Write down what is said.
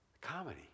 comedy